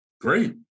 great